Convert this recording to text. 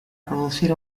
producir